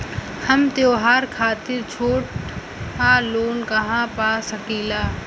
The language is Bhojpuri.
हम त्योहार खातिर छोटा लोन कहा पा सकिला?